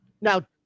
Now